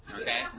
okay